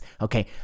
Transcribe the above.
okay